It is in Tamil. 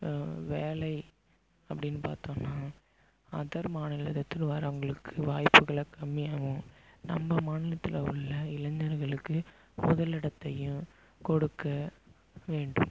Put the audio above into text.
வேலை அப்படின்னு பார்த்தோம்னா அதர் மாநிலத்தில் வரவங்களுக்கு வாய்ப்புகளை கம்மியாகவும் நம்ம மாநிலத்தில் உள்ள இளைஞர்களுக்கு முதல் இடத்தையும் கொடுக்க வேண்டும்